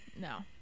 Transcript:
no